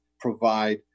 provide